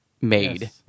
made